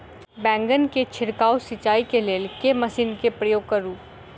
बैंगन केँ छिड़काव सिचाई केँ लेल केँ मशीन केँ प्रयोग करू?